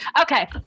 Okay